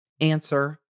Answer